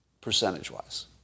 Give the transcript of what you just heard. percentage-wise